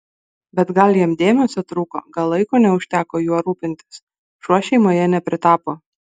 bet gal jam dėmesio trūko gal laiko neužteko juo rūpintis šuo šeimoje nepritapo